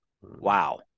Wow